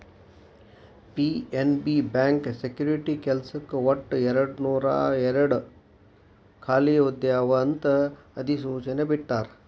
PNB bank security ಕೆಲ್ಸಕ್ಕ ಒಟ್ಟು ಎರಡನೂರಾಯೇರಡ್ ಖಾಲಿ ಹುದ್ದೆ ಅವ ಅಂತ ಅಧಿಸೂಚನೆ ಬಿಟ್ಟಾರ